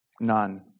None